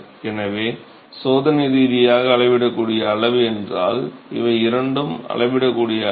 எனவே சோதனை ரீதியாக அளவிடக்கூடிய அளவு என்றால் இவை இரண்டும் அளவிடக்கூடிய அளவு